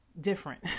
different